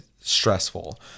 stressful